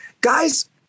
Guys